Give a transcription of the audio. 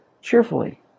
cheerfully